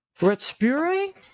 Retspure